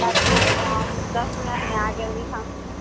पाँच मिनटमे आ दस मिनटमे आ गेली हम